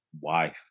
wife